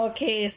Okay